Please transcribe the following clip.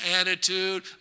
attitude